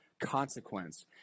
consequence